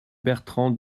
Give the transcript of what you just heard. bertran